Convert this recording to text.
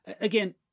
Again